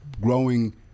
growing